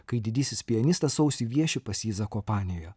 kai didysis pianistas sausį vieši pas jį zakopanėje